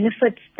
benefits